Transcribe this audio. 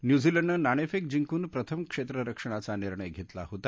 न्यूझीलंडनं नाणेफेक जिंकून प्रथम क्षेत्ररक्षणाचा निर्णय घेतला होता